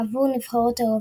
עבור נבחרות אירופיות.